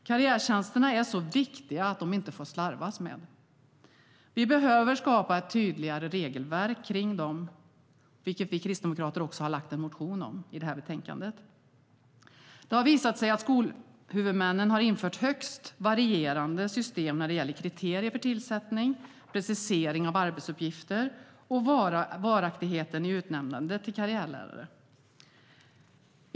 Karriärtjänsterna är så viktiga att de inte får slarvas med. Vi behöver skapa ett tydligare regelverk kring dem, vilket vi kristdemokrater också har väckt en motion om i betänkandet. Det har visat sig att skolhuvudmännen har infört högst varierade system när det gäller kriterier för tillsättning, precisering av arbetsuppgifter och varaktighet i utnämnande till karriärlärare.